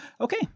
Okay